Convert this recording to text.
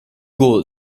goal